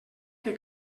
que